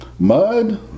mud